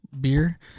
beer